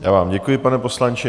Já vám děkuji, pane poslanče.